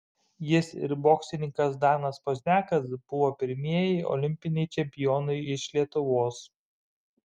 jis ir boksininkas danas pozniakas buvo pirmieji olimpiniai čempionai iš lietuvos